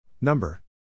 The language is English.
number